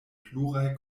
pluraj